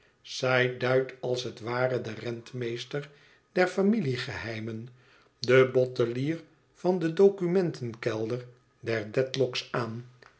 zij duidt als het ware den rentmeester der familiegeheimen den bottelier van den documentenkelder der dedlock's aan